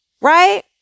Right